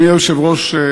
אדוני היושב-ראש,